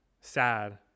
sad